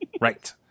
Right